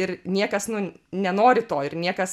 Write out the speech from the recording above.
ir niekas nu nenori to ir niekas